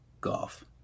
golf